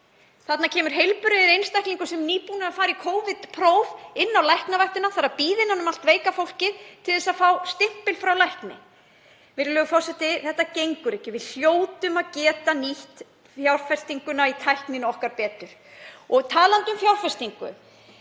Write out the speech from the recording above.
Þarna kemur heilbrigður einstaklingur, sem er nýbúinn að fara í Covid-próf, inn á Læknavaktina og þarf að bíða innan um allt veika fólkið til þess að fá stimpil frá lækni. Virðulegur forseti. Þetta gengur ekki. Við hljótum að geta nýtt fjárfestinguna í tækninni okkar betur. Talandi um fjárfestingu: